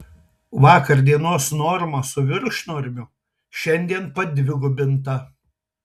vakar dienos norma su viršnormiu šiandien padvigubinta